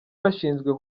bashinzwe